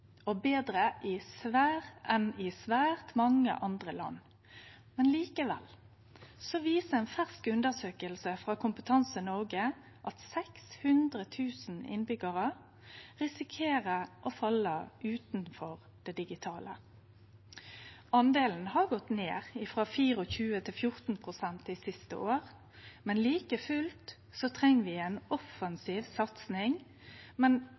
i Noreg er god og betre enn i svært mange andre land. Likevel viser ei fersk undersøking frå Kompetanse Norge at 600 000 innbyggjarar risikerer å falle utanfor det digitale. Andelen har gått ned frå 24 pst. til 14 pst. dei siste åra, men like fullt treng vi ei offensiv satsing